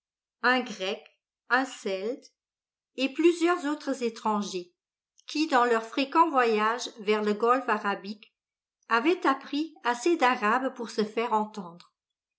un grec un celte et plusieurs autres étrangers qui dans leurs fréquents voyages vers le golfe arabique avaient appris assez d'arabe pour se faire entendre